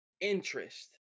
interest